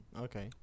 okay